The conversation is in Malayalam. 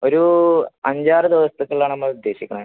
ഒരു അഞ്ചാറ് ദിവസത്തേക്കുള്ളത് നമ്മൾ ഉദ്ദേശിക്കുന്നത്